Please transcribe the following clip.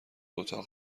اتاق